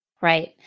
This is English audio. right